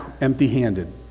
empty-handed